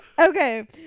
Okay